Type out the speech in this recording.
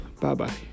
Bye-bye